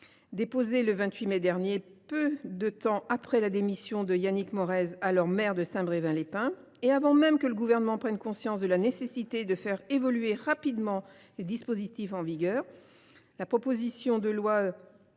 Déposée le 28 mai dernier, peu de temps après la démission de Yannick Morez, alors maire de Saint Brevin les Pins, et avant même que le Gouvernement ne prenne conscience de la nécessité de faire évoluer rapidement les dispositifs en vigueur, la proposition de loi